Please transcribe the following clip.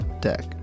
deck